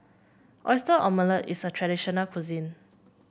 Oyster Omelette is a traditional cuisine